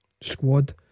squad